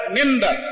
member